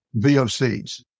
VOCs